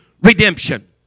redemption